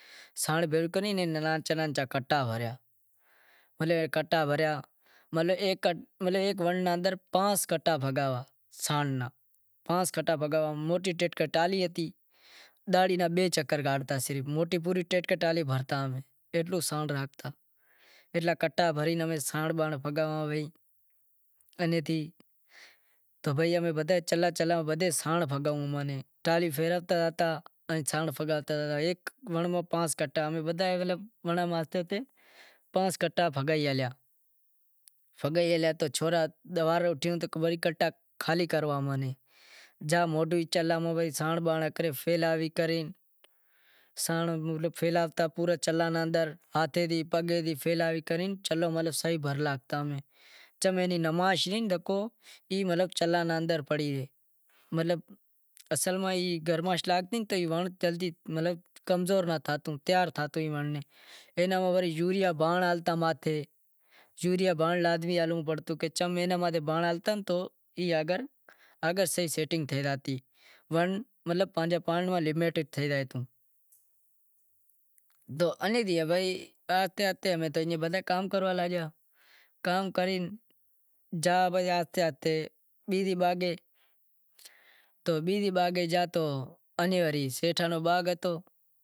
سانڑ بھیڑو کریو اینا نانچا نانچا کنٹا بھریا مطلب ایک ونڑ نے اندر پانس کنٹا بھریا سانڑ را پانس کنٹا موٹی تیکٹر تالی ہتی موٹی ٹرالی بھرتا، سانڑ پھگاواں اینے تھی بدہاں سلاں ٹالی پھعراتا زاتا سانڑ پھگاتا ریتا سانڑ پھیلاوے کرے چم اینی نمائش کہ ای چھلاں اندر پڑی رے، اصل ونڑ کمزور ناں تھاتو تیار رہے۔ ونڑ بھالو تھے زاتو بھائی اگتے امیں ای بدہا کام کروا لاگیا بیزی باغ زاتو انی وڑی سیٹھاں نو باغ ہتو۔